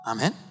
Amen